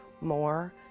more